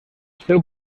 seu